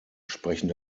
sprechen